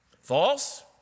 False